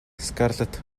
скарлетт